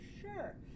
Sure